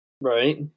Right